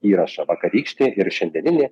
įrašą vakarykštį ir šiandieninį